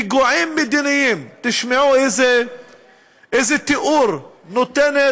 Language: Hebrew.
"פיגועים מדיניים" תשמעו איזה תיאור נותנת